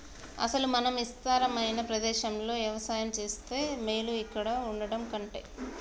అసలు మనం ఇస్తారమైన ప్రదేశంలో యవసాయం సేస్తే మేలు ఇక్కడ వుండటం కంటె